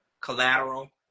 collateral